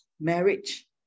marriage